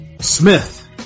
Smith